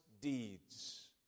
deeds